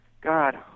God